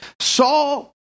Saul